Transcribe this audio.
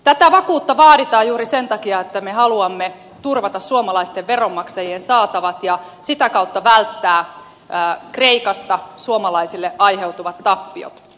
tätä vakuutta vaaditaan juuri sen takia että me haluamme turvata suomalaisten veronmaksajien saatavat ja sitä kautta välttää kreikasta suomalaisille aiheutuvat tappiot